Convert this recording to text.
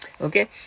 Okay